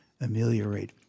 ameliorate